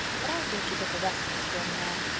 but i think she took a resk, miss shirley, ma'am.